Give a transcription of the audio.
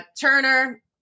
Turner